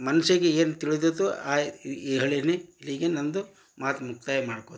ಮನ್ಸಿಗೆ ಏನು ತಿಳಿದತೊ ಈ ಈ ಹೇಳೀನಿ ಹೀಗೆ ನನ್ನದು ಮಾತು ಮುಕ್ತಾಯ ಮಾಡ್ಕೊತೀನಿ